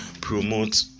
promote